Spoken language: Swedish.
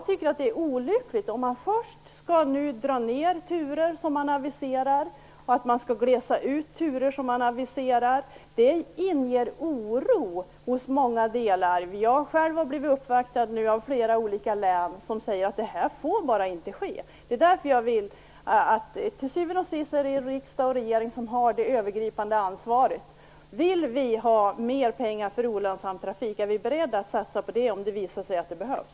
Det är olyckligt om man först skall dra in och glesa ut turer som man aviserar. Det inger oro. Jag har själv blivit uppvaktad från flera olika län där man säger att detta bara inte får ske. Till syvende och sist är det riksdag och regeringen som har det övergripande ansvaret. Vill vi har mer pengar för olönsam trafik? Är vi beredda att satsa på det om det visar sig behövas?